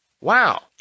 Wow